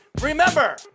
Remember